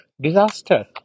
disaster